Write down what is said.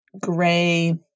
gray